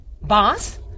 Boss